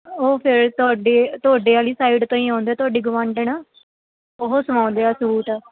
ਉਹ ਫਿਰ ਤੁਹਾਡੇ ਤੁਹਾਡੇ ਵਾਲੀ ਸਾਈਡ ਤੋਂ ਹੀ ਆਉਂਦੇ ਤੁਹਾਡੀ ਗੁਆਂਢਣ ਉਹ ਸਵਾਉਂਦੇ ਆ ਸੂਟ